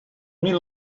mil